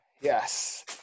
Yes